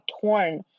torn